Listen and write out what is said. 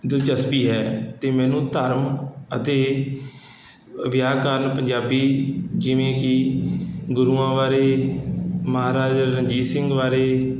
ਦਿਲਚਸਪੀ ਹੈ ਅਤੇ ਮੈਨੂੰ ਧਰਮ ਅਤੇ ਅ ਵਿਆਕਰਨ ਪੰਜਾਬੀ ਜਿਵੇਂ ਕਿ ਗੁਰੂਆਂ ਬਾਰੇ ਮਹਾਰਾਜਾ ਰਣਜੀਤ ਸਿੰਘ ਬਾਰੇ